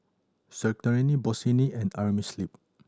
Certainty Bossini and Amerisleep